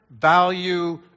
value